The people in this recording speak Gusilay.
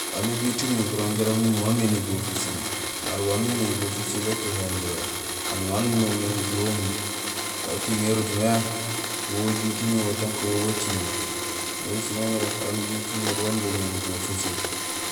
Aan ujut umiir burooŋ jaraam umiir wamé néjool facili. Mara wamé bo facili atuhee amiré wo. Aan waan uñoow mé nujuhé umiir, watiŋérut mé, wo ujut umi wo tan que wo batiŋut. Yo écimé nirok aan ujut umiir wambo mé néjool faciil.